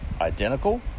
identical